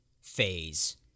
phase